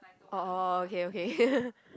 oh oh oh okay okay